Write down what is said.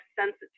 sensitive